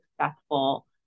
successful